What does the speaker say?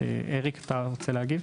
אריק, אתה רוצה להגיב?